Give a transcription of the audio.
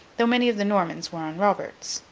though many of the normans were on robert's.